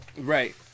Right